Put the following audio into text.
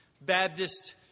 Baptist